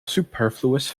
superfluous